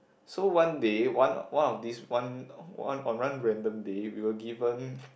so one day one or one of this one or one random day we were given